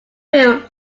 wheel